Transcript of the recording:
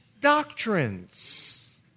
doctrines